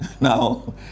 Now